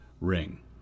ring